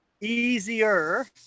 Easier